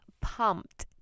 pumped